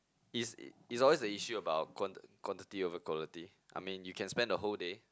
it's it's always the issue about quanti~ quantity over quality I mean you can spend the whole day